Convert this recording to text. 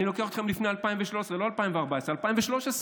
אני לוקח אתכם לפני 2013, לא 2014, 2013,